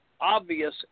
obvious